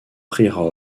prirent